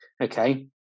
Okay